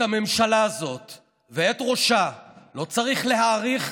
את הממשלה הזאת ואת ראשה לא צריך להאריך,